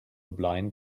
blind